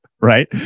right